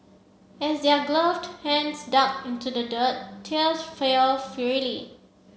as their gloved hands dug into the dirt tears fell freely